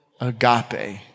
agape